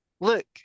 look